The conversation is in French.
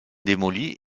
démolie